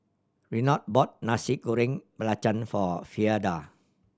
Renard bought Nasi Goreng Belacan for Frieda